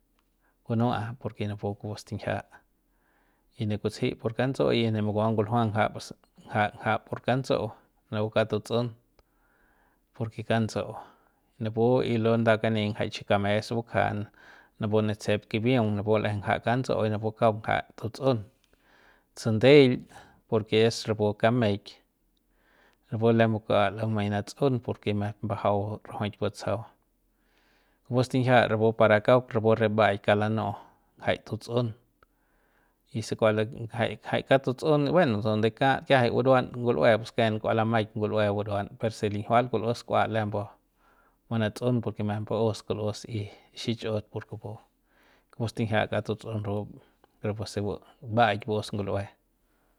kunuaꞌa porke napu kupu stinjia y ne kutsujei por kantsuꞌu y ne makua nguljua ngja pus ngja ngja por kantsuꞌu napu kauk tutsꞌun porke kantsuꞌu napu y lo nda kani jai chi kames bukja napu ne tejep kibiung napu leꞌje ngja kantsuꞌu y napu kauk ngja tutsꞌun tsundeil porke es rapu kameik napu lembe kua lumei natsꞌun porke mep mbajau rajuk mbatsajau kupu stinjia rapu para kauk rapu se mbaꞌaik kauk lanuꞌjai tutsꞌun y si kua jai jai kauk tutsꞌun bueno donde kat kiajai buruan ngulꞌue pus ken kua lamaik ngulꞌue buruan persi linjiual kulꞌus kua lembu manatsꞌun porke mep mbaꞌus y xishꞌot por kupu kupu stinjia kauk tutsꞌun rapu rapu se mbaꞌaik baus ngulꞌue.